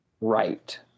Right